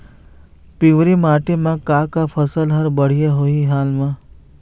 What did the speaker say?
पिवरी माटी म का का फसल हर बढ़िया होही हाल मा?